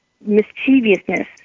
mischievousness